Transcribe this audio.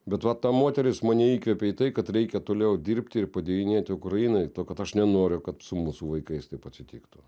bet va ta moteris mane įkvepė į tai kad reikia toliau dirbti ir padėjinėti ukrainai to kad aš nenoriu kad su mūsų vaikais taip atsitiktų